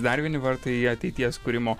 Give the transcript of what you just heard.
dar vieni vartai į ateities kūrimo